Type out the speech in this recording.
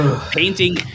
painting